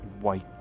white